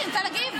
אני רוצה להגיב.